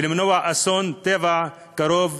ולמנוע אסון טבע קרוב,